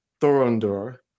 Thorondor